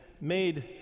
made